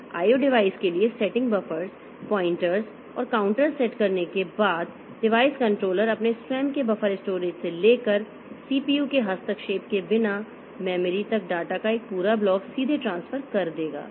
I O device के लिए setting buffers pointers और काउंटर्स सेट करने के बाद डिवाइस कंट्रोलर अपने स्वयं के बफर स्टोरेज से लेकर CPU के हस्तक्षेप के बिना मेमोरी तक डेटा का एक पूरा ब्लॉक सीधे ट्रांसफर कर देगा